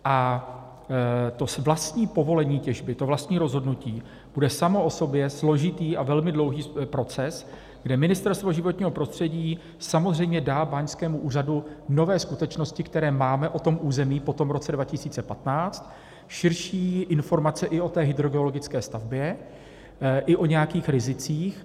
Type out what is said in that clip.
A to vlastní povolení těžby, to vlastní rozhodnutí bude samo o sobě složitý a velmi dlouhý proces, kde Ministerstvo životního prostředí samozřejmě dá báňskému úřadu nové skutečnosti, které máme o tom území po tom roce 2015, širší informace i o té hydrogeologické stavbě, i o nějakých rizicích.